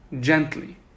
gently